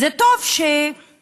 זה טוב שפתאום,